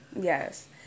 Yes